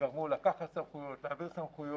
ודאגו לקחת סמכויות, להעביר סמכויות.